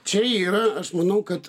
čia yra aš manau kad